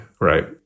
right